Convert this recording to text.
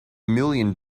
million